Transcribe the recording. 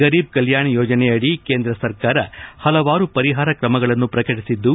ಗರೀಬ್ ಕಲ್ಕಾಣ ಯೋಜನೆ ಅಡಿ ಕೇಂದ್ರ ಸರ್ಕಾರ ಪಲವಾರು ಪರಿಹಾರ ಕ್ರಮಗಳನ್ನು ಪ್ರಕಟಿಸಿದ್ದು